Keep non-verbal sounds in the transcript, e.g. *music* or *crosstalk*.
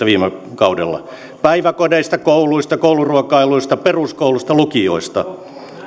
*unintelligible* viime kaudella päiväkodeista kouluista kouluruokailuista peruskouluista lukioista